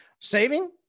Saving